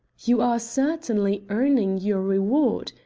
you are certainly earning your reward,